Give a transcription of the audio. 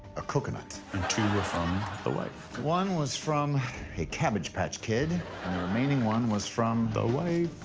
a coconut. and two were from. the wife. one was from a cabbage patch kid and the remaining one was from the wife.